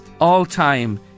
all-time